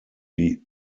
die